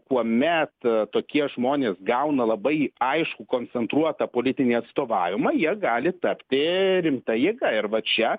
kuomet tokie žmonės gauna labai aiškų koncentruotą politinį atstovavimą jie gali tapti rimta jėga ir va čia